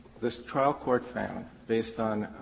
this trial court found based on,